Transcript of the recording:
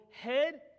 head